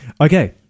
Okay